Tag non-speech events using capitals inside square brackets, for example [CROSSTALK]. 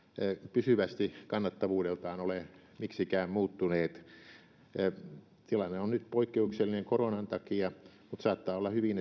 pysyvästi kannattavuudeltaan ole miksikään muuttuneet tilanne on nyt poikkeuksellinen koronan takia mutta saattaa hyvin [UNINTELLIGIBLE]